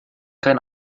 kein